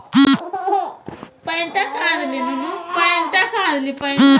लेनदार भी अपन इच्छानुसार ही हस्ताक्षर करा हइ